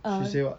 uh